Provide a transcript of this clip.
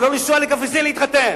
ולא לנסוע לקפריסין להתחתן.